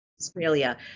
Australia